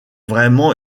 vraiment